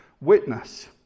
witness